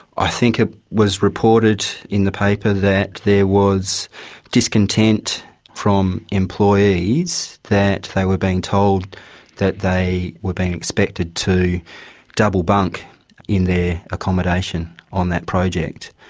i think it was reported in the paper that there was discontent from employees that they were being told that they were being expected to double bunk in their accommodation on that project.